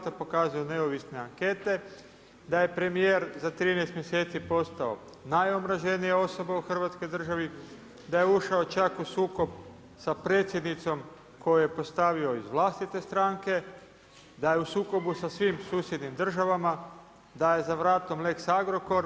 To pokazuju neovisne ankete, da je premijer za 13 mjeseci postao najomraženija osoba u Hrvatskoj državi, da je ušao čak u sukob sa predsjednicom koju je postavio iz vlastite stranke, da je u sukobu sa svim susjednim državama, da je za vratom lex Agrokor.